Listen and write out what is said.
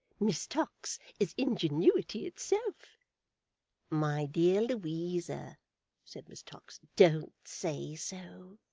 miss tox is ingenuity itself my dear louisa said miss tox. don't say so